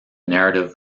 narrative